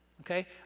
Okay